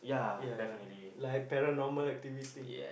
ya like paranormal activity